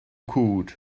cwd